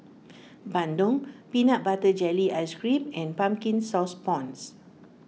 Bandung Peanut Butter Jelly Ice Cream and Pumpkin Sauce Prawns